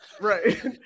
Right